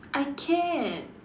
I can't